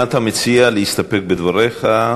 מה אתה מציע, להסתפק בדבריך?